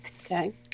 Okay